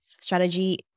strategy